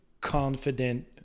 confident